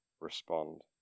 respond